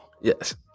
yes